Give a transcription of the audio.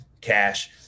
cash